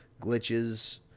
glitches